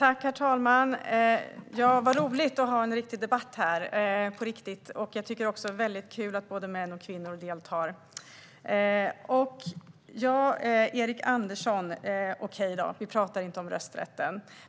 Herr talman! Vad roligt att ha en riktig debatt här! Jag tycker också att det är kul att både män och kvinnor deltar. Okej då, Erik Andersson, vi talar inte om rösträtten.